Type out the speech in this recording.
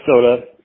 minnesota